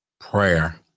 prayer